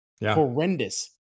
horrendous